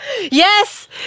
Yes